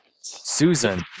Susan